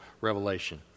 revelation